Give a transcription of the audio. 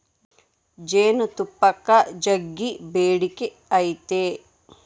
ಜೇನುತುಪ್ಪಕ್ಕ ಜಗ್ಗಿ ಬೇಡಿಕೆ ಐತೆ